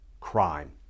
crime